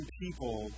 people